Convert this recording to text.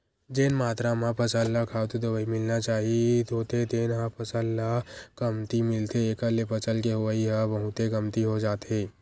जेन मातरा म फसल ल खातू, दवई मिलना चाही होथे तेन ह फसल ल कमती मिलथे एखर ले फसल के होवई ह बहुते कमती हो जाथे